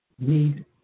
need